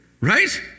right